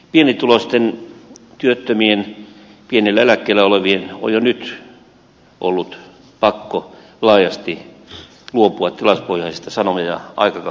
pienituloisten työttömien pienellä eläkkeellä olevien on jo nyt ollut pakko laajasti luopua tilauspohjaisista sanoma ja aikakauslehdistä